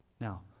Now